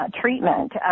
treatment